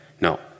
no